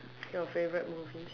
your favourite movie